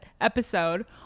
episode